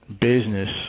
business